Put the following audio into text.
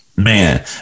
man